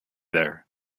there